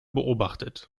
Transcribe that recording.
beobachtet